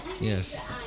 Yes